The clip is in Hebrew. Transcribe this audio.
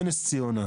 בנס ציונה.